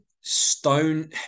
Stone